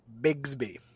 Bigsby